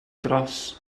dros